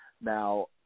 Now